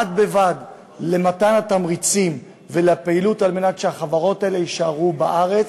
בד בבד עם מתן התמריצים והפעילות על מנת שהחברות האלה יישארו בארץ,